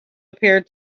appeared